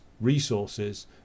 resources